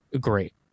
great